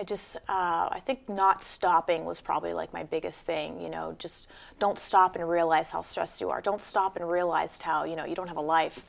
i just i think not stopping was probably like my biggest thing you know just don't stop to realize how stressed you are don't stop and realized how you know you don't have a life